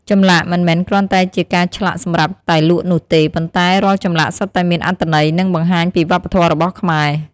ចម្លាក់មិនមែនគ្រាន់តែជាការឆ្លាក់សម្រាប់តែលក់នោះទេ ប៉ុន្តែរាល់ចម្លាក់សុទ្ធតែមានអត្ថន័យ និងបង្ហាញពីវប្បធម៌របស់ខ្មែរ។